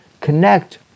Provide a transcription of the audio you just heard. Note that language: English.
Connect